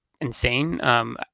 insane